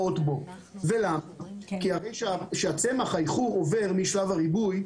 כאשר הצמח עובר משלב הריבוי,